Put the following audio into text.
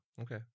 Okay